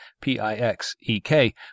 P-I-X-E-K